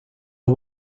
are